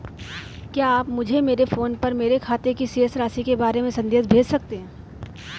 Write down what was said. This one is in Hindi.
क्या आप मुझे मेरे फ़ोन पर मेरे खाते की शेष राशि के बारे में संदेश भेज सकते हैं?